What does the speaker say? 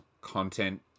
content